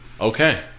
Okay